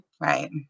Right